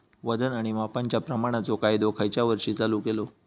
वजन आणि मापांच्या प्रमाणाचो कायदो खयच्या वर्षी चालू केलो?